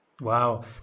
wow